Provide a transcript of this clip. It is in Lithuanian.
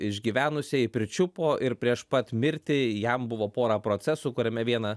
išgyvenusieji pričiupo ir prieš pat mirtį jam buvo pora procesų kuriame vieną